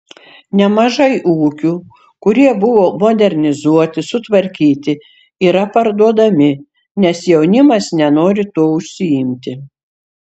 nemažai ūkių kurie buvo modernizuoti sutvarkyti yra parduodami nes jaunimas nenori tuo užsiimti